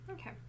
Okay